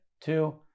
Two